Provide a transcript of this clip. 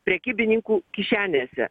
prekybininkų kišenėse